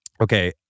okay